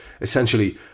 Essentially